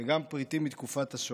וגם פריטים מתקופת השואה.